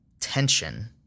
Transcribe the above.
tension